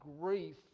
grief